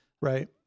Right